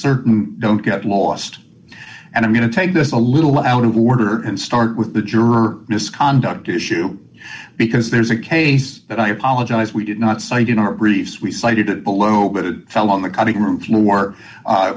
certain don't get lost and i'm going to take this a little out of order and start with the juror misconduct issue because there's a case that i apologize we did not cite in our briefs we cited below that fell on the cutting room floor